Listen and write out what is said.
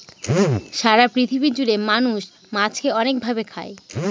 সারা পৃথিবী জুড়ে মানুষ মাছকে অনেক ভাবে খায়